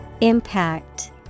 Impact